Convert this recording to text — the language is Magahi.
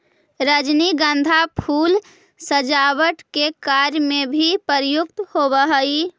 रजनीगंधा फूल सजावट के कार्य में भी प्रयुक्त होवऽ हइ